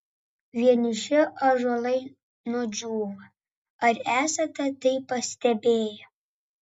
vieniši ąžuolai nudžiūva ar esate tai pastebėję